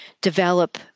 develop